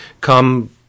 come